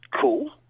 cool